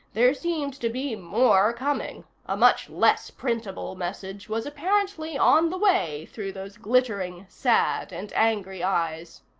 there seemed to be more coming a much less printable message was apparently on the way through those glittering, sad and angry eyes.